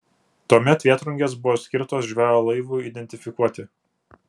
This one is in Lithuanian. tuomet vėtrungės buvo skirtos žvejo laivui identifikuoti